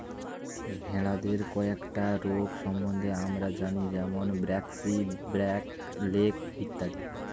ভেড়াদের কয়েকটা রোগ সম্বন্ধে আমরা জানি যেরম ব্র্যাক্সি, ব্ল্যাক লেগ ইত্যাদি